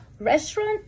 Restaurant